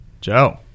Joe